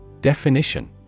Definition